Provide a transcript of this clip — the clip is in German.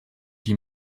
die